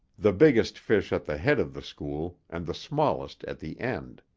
the biggest fish at the head of the school and the smallest at the end.